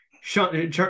Sean